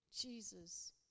Jesus